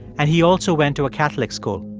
and he also went to a catholic school.